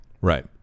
Right